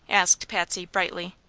asked patsy, brightly.